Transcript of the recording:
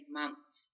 months